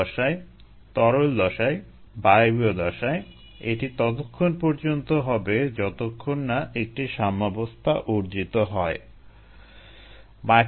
এছাড়া আমরা বলেছিলাম যে pH নিয়ন্ত্রণের ক্ষেত্রে মিডিয়া কম্পোনেন্ট ব্যবহার করা যাবে না এর মধ্যে সেল বেড়ে উঠতে পারে সম্ভবত এরকম মিডিয়ার উচ্চ আয়নিক তীব্রতার কারণে